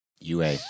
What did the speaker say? UA